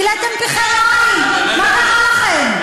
מילאתם פיכם מים, מה קרה לכם?